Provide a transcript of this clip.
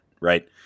right